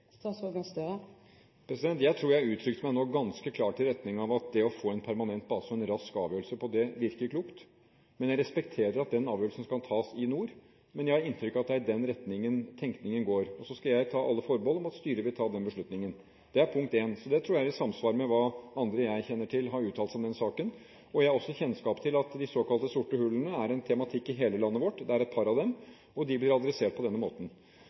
Jeg tror jeg nå uttrykte meg ganske klart i retning av det å få en permanent base og en rask avgjørelse av det virker klokt. Jeg respekterer at den avgjørelsen skal tas i nord, men jeg har inntrykk av at det er i den retningen tenkningen går. Så skal jeg ta alle forbehold om at styret vil ta den beslutningen. Det er punkt én. Det tror jeg er i samsvar med det andre jeg kjenner til, har uttalt om den saken. Jeg har også kjennskap til at de såkalte sorte hullene er en tematikk i hele landet vårt. Det er et par av dem, og de blir adressert på denne måten.